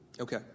Okay